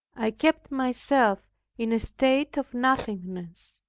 i kept myself in a state of nothingness,